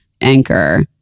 anchor